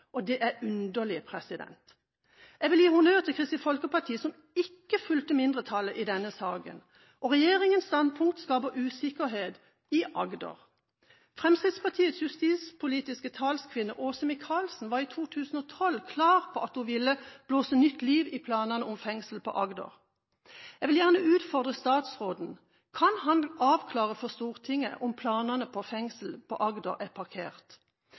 og det er underlig. Jeg vil gi honnør til Kristelig Folkeparti som ikke fulgte mindretallet i denne saken. Regjeringens standpunkt skaper usikkerhet i Agder. Fremskrittspartiets justispolitiske talskvinne Åse Michaelsen var i 2012 klar på at hun ville blåse nytt liv i planene om fengsel i Agder. Jeg vil gjerne utfordre statsråden: Kan han avklare for Stortinget om planene for fengsel i Agder er parkert?